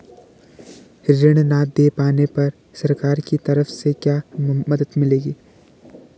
ऋण न दें पाने पर सरकार की तरफ से क्या मदद मिलेगी?